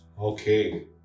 Okay